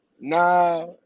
nah